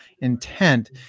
intent